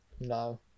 No